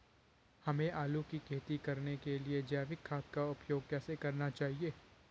हमें आलू की खेती करने के लिए जैविक खाद का उपयोग कैसे करना चाहिए?